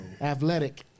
Athletic